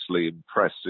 impressive